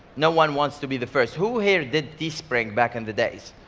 no one wants to be the first. who here did teespring back in the days?